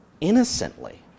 innocently